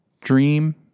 Dream